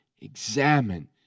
Examine